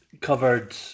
covered